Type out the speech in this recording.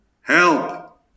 help